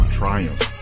triumph